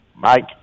Mike